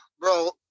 Bro